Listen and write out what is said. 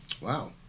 Wow